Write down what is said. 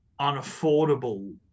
unaffordable